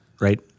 right